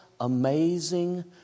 amazing